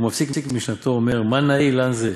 ומפסיק משנתו ואומר מה נאה אילן זה,